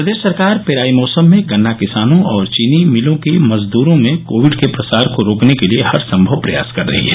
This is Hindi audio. प्रदेश सरकार पेराई मौसम में गन्ना किसानों और चीनी मिलों के मजदूरों में कोविड के प्रसार को रोकने के लिए हरसंभव प्रयास कर रही है